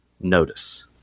Notice